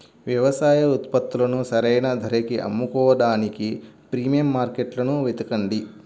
వ్యవసాయ ఉత్పత్తులను సరైన ధరకి అమ్ముకోడానికి ప్రీమియం మార్కెట్లను వెతకండి